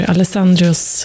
Alessandros